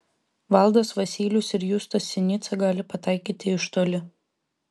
valdas vasylius ir justas sinica gali pataikyti iš toli